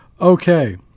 Okay